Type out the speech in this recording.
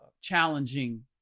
challenging